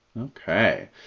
Okay